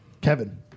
Kevin